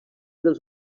dels